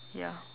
ya